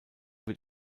wird